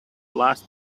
last